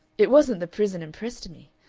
it wasn't the prison impressed me.